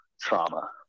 trauma